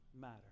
matter